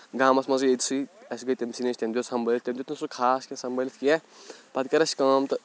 گامَس منٛزٕے أتھۍ سٕے اَسہِ گٔے تٔٔمۍ سٕے نِش تٔمۍ دیُت سنٛبٲلِتھ تٔمۍ دیُت نہٕ سُہ خاص کیٚنٛہہ سنٛبٲلِتھ کینٛہہ پَتہٕ کٔر اَسہِ کٲم تہٕ